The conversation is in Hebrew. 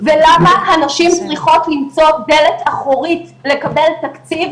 ולמה הנשים צריכות למצוא דלת אחורית לקבל תקציב,